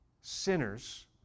sinners